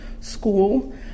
school